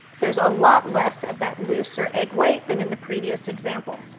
there's a lot less of that looser egg white than in the previous example.